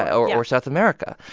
or or south america.